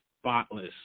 spotless